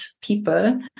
people